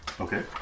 Okay